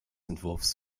entwurfs